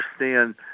understand